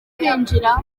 twinjira